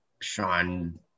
Sean